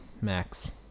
max